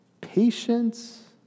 patience